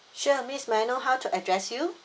sure miss may I know how to address you